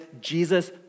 Jesus